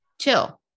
chill